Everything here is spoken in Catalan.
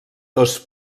dos